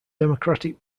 democratic